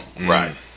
Right